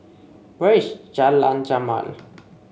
where is Jalan Jamal